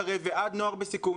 דרך תוכנית קרב ועד נוער בסיכון,